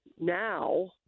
now